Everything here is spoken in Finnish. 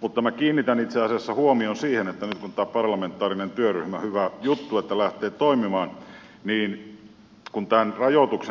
mutta minä kiinnitän itse asiassa huomion siihen että nyt kun tulee tämä parlamentaarinen työryhmä hyvä juttu että se lähtee toimimaan niin kun tämän